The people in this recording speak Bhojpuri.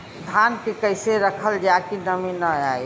धान के कइसे रखल जाकि नमी न आए?